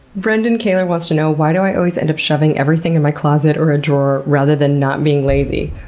brendan kaylor wants to know why do i always end up shoving everything in my closet or a drawer rather than not being lazy?